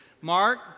Mark